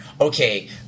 okay